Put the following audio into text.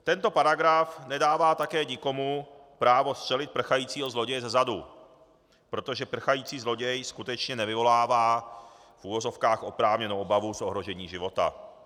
Tento paragraf nedává také nikomu právo střelit prchajícího zloděje zezadu, protože prchající zloděj skutečně nevyvolává v uvozovkách oprávněnou obavu z ohrožení života.